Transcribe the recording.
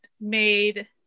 made